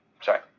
sorry